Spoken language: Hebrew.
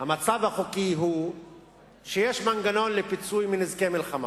הוא שיש מנגנון לפיצוי על נזקי מלחמה,